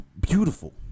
beautiful